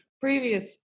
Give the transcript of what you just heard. previous